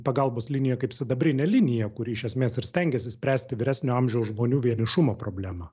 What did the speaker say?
pagalbos linija kaip sidabrinė linija kuri iš esmės ir stengiasi spręsti vyresnio amžiaus žmonių vienišumo problemą